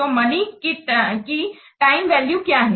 तो मनी की time value क्या है